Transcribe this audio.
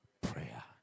prayer